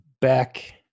back